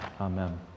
amen